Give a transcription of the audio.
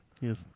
Yes